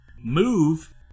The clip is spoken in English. Move